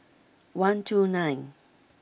one two nine